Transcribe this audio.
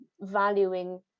valuing